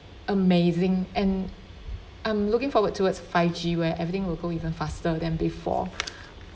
amazing and I'm looking forward towards five G where everything will go even faster than before